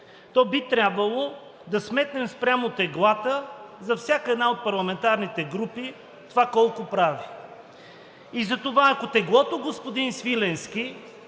то би трябвало да сметнем спрямо теглата за всяка една от парламентарните групи това колко прави. (Реплики.) И затова, ако теглото, господин Свиленски,